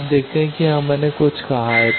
तो आप देखते हैं कि यहाँ मैंने कुछ कहा है